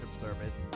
Service